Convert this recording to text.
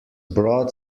brought